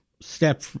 step